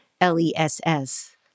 L-E-S-S